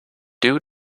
due